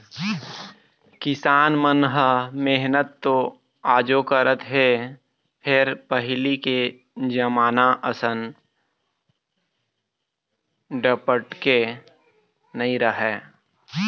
किसान मन ह मेहनत तो आजो करत हे फेर पहिली के जमाना असन डपटके नइ राहय